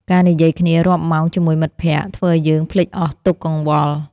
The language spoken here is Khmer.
ការនិយាយគ្នារាប់ម៉ោងជាមួយមិត្តភក្តិ ធ្វើឱ្យយើងភ្លេចអស់ទុក្ខកង្វល់។